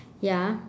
ya